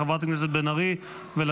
לחברות הכנסת בן ארי ולזימי.